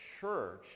church